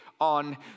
on